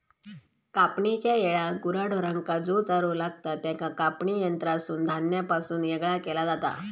कापणेच्या येळाक गुरा ढोरांका जो चारो लागतां त्याका कापणी यंत्रासून धान्यापासून येगळा केला जाता